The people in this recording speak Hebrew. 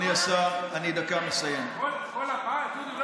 אדוני השר, אני דקה מסיים, כל המה, דודי?